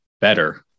better